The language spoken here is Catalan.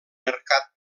mercat